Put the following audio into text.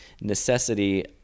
necessity